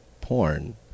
porn